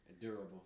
durable